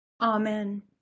Amen